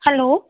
hello